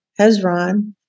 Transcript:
Hezron